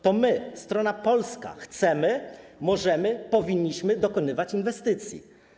To my, strona polska, chcemy, możemy, powinniśmy dokonywać inwestycji.